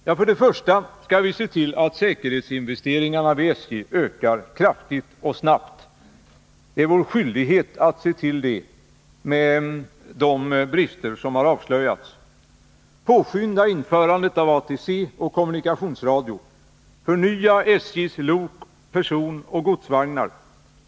Ja, för det första skall vi se till att säkerhetsinvesteringarna vid SJ ökas kraftigt och snabbt. Det är vår skyldighet att se till det med tanke på de brister som avslöjats. Vi skall påskynda införandet av ATC och kommunikationsradio, förnya SJ:s lok-, personoch godsvagnar.